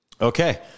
Okay